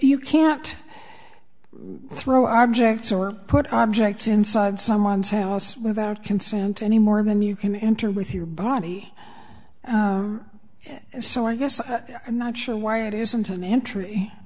you cannot throw objects or put objects inside someone's house without consent any more than you can enter with your body so i guess i'm not sure why it isn't an